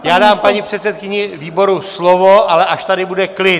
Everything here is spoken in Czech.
Já dám paní předsedkyni výboru slovo, ale až tady bude klid.